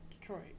Detroit